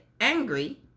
angry